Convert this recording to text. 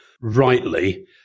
rightly